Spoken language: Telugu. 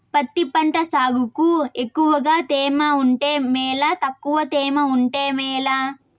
పత్తి పంట సాగుకు ఎక్కువగా తేమ ఉంటే మేలా తక్కువ తేమ ఉంటే మేలా?